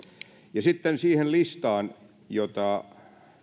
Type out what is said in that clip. ja sitten siihen listaan jota